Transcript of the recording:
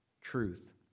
truth